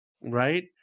Right